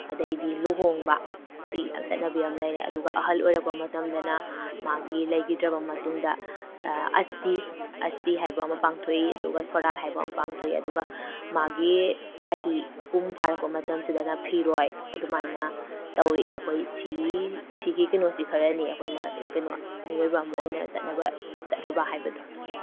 ꯑꯗꯨꯗꯩꯗꯤ ꯂꯨꯍꯣꯡꯕ ꯁꯤ ꯆꯠꯅꯕꯤ ꯑꯃ ꯂꯩꯔꯦ ꯑꯗꯨꯒ ꯑꯍꯜ ꯑꯣꯏꯔꯛꯄ ꯃꯇꯝꯗꯅ ꯃꯥꯒꯤ ꯂꯩꯒꯤꯗ꯭ꯔꯕ ꯃꯇꯨꯡꯗ ꯑꯁꯇꯤ ꯑꯁꯇꯤ ꯍꯥꯏꯕ ꯑꯃ ꯄꯥꯡꯊꯣꯛꯏ ꯑꯗꯨꯒ ꯁꯣꯔꯥꯠ ꯍꯥꯏꯕ ꯑꯃ ꯄꯥꯡꯊꯣꯛꯏ ꯑꯗꯨꯒ ꯃꯥꯒꯤ ꯆꯍꯤ ꯀꯨꯝ ꯐꯥꯔꯛꯄ ꯃꯇꯝꯁꯤꯗꯅ ꯐꯤꯔꯣꯏ ꯑꯗꯨꯃꯥꯏꯅ ꯇꯧꯏ ꯑꯩꯈꯣꯏ ꯁꯤ ꯁꯤꯒꯤ ꯀꯩꯅꯣꯁꯤ ꯈꯔꯅꯤ ꯑꯩꯈꯣꯏꯅ ꯀꯩꯅꯣ ꯃꯤꯑꯣꯏꯕ ꯑꯃ ꯑꯣꯏꯅ ꯆꯠꯅꯕ ꯆꯠꯅꯕ ꯍꯥꯏꯕꯗꯣ